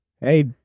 Hey